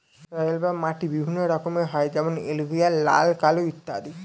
soil বা মাটি বিভিন্ন রকমের হয় যেমন এলুভিয়াল, লাল, কালো ইত্যাদি